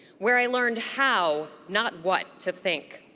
where i learned how not what to think,